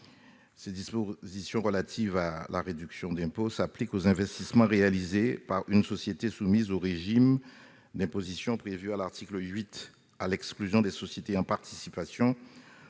les dispositions relatives à la réduction d'impôt « s'appliquent aux investissements réalisés, par une société soumise au régime d'imposition prévu à l'article 8, à l'exclusion des sociétés en participation,